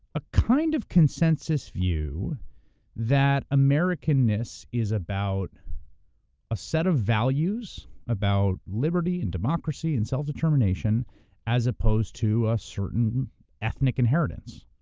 a kind of consensus view that americanness is about a set of values about liberty and democracy and self-determination as opposed to a certain ethnic inheritance.